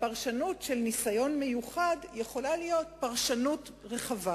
והפרשנות של "ניסיון מיוחד" יכולה להיות פרשנות רחבה.